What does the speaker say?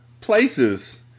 places